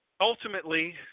Ultimately